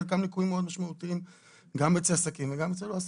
חלקם ליקויים מאוד משמעותיים גם אצל עסקים וגם במקומות אחרים.